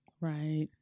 Right